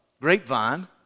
grapevine